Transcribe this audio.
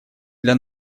для